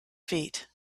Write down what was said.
feet